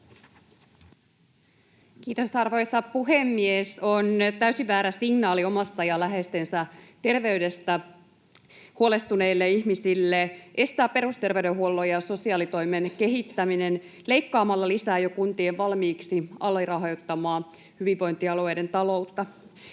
Kiitos, arvoisa puhemies! On täysin väärä signaali omasta ja läheistensä terveydestä huolestuneille ihmisille estää perusterveydenhuollon ja sosiaalitoimen kehittäminen leikkaamalla lisää jo kuntien valmiiksi alirahoittamaa hyvinvointialueiden taloutta.